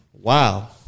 Wow